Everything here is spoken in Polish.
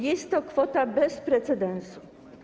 Jest to kwota bez precedensu.